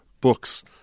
books